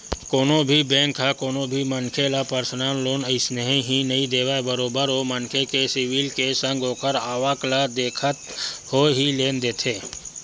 कोनो भी बेंक ह कोनो भी मनखे ल परसनल लोन अइसने ही नइ देवय बरोबर ओ मनखे के सिविल के संग ओखर आवक ल देखत होय ही लोन देथे